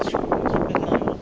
that's true that's true